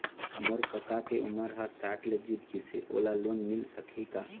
मोर कका के उमर ह साठ ले जीत गिस हे, ओला लोन मिल सकही का?